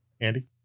Andy